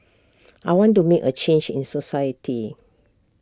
I want to make A change in society